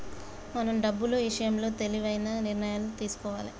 మనం డబ్బులు ఇషయంలో తెలివైన నిర్ణయాలను తీసుకోవాలే